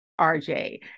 RJ